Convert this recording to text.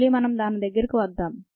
మనం మళ్లీ దాని దగ్గరకు వద్దాం